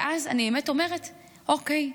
ואז אני באמת אומרת: אוקיי,